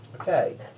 Okay